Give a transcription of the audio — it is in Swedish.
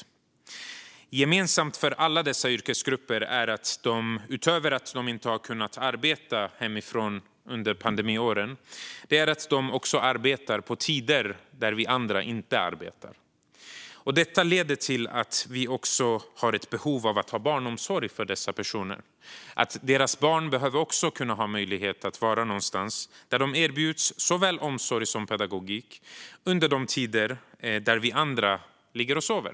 Gemensamt för alla dessa yrkesgrupper är, utöver att de inte har kunnat arbeta hemifrån under pandemiåren, att de också arbetar på tider då vi andra inte arbetar. Detta leder till att det också finns ett behov av barnomsorg för dessa personer. Deras barn behöver också ha möjlighet att vara någonstans där de erbjuds såväl omsorg som pedagogik under de tider då vi andra ligger och sover.